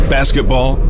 Basketball